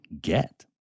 get